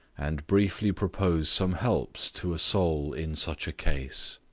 and briefly propose some helps to a soul in such a case.